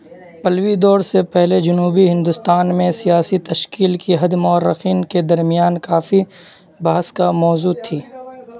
پلوی دور سے پہلے جنوبی ہندوستان میں سیاسی تشکیل کی حد مؤرخین کے درمیان کافی بحث کا موضوع تھی